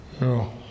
No